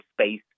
space